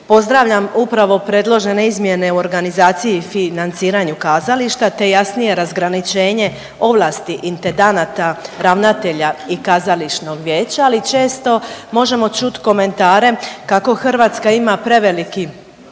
pozdravljam upravo predložene izmjene u organizaciji i financiranju kazališta te jasnije razgraničenje ovlasti intendanata, ravnatelja i kazališnog vijeća, ali često možemo čuti komentare kako Hrvatska ima preveliki